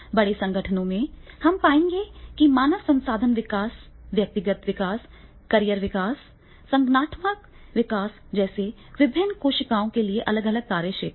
बड़े संगठनों में हम पाएंगे कि मानव संसाधन विकास व्यक्तिगत विकास कैरियर विकास संगठनात्मक विकास जैसी विभिन्न कोशिकाओं के लिए अलग अलग कार्यक्षेत्र हैं